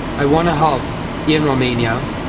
i want to help in romania.